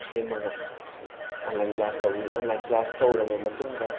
ꯁꯦꯝꯃꯒ online class ꯇꯧꯋꯤ online class ꯇꯧꯔꯕ ꯃꯇꯨꯡꯗ